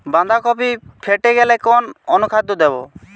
বাঁধাকপি ফেটে গেলে কোন অনুখাদ্য দেবো?